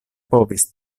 povis